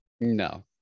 no